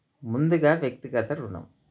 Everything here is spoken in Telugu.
ముందుగా వ్యక్తిగత రుణం